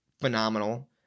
phenomenal